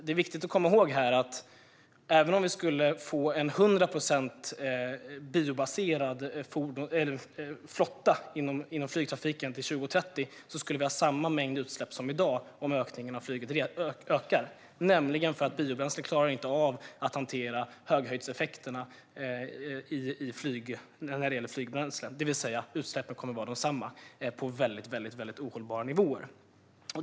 Det är viktigt att komma ihåg att även om vi skulle få en hundraprocentigt biobränslebaserad flotta inom flygtrafiken till 2030 skulle vi ha samma mängd utsläpp som i dag om ökningen av flyget fortsätter i ännu högre grad. Biobränslet klarar nämligen inte av att hantera höghöjdseffekterna när det gäller flygbränsle. Utsläppen kommer därför att vara desamma - på väldigt ohållbara nivåer.